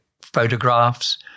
photographs